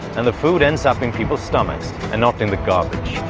and the food ends up in people's stomachs, and not in the garbage.